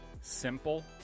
simple